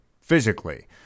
physically